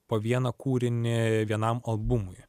po vieną kūrinį vienam albumui